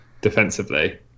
defensively